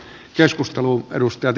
arvoisa puhemies